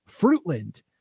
fruitland